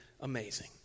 amazing